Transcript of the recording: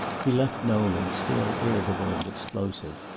he left nolan still irritable and explosive,